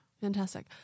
Fantastic